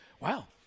Wow